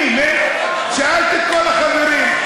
שאלתי את כל החברים,